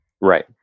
Right